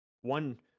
one